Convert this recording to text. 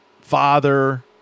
Father